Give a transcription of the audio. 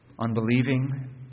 unbelieving